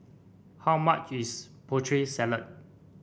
how much is Putri Salad